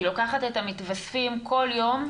היא לוקחת את המתווספים כל יום,